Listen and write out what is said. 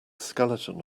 skeleton